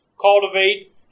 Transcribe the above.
cultivate